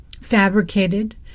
fabricated